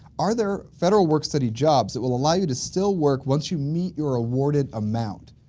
are there federal work-study jobs that will allow you to still work once you meet your awarded amount?